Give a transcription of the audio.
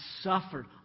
suffered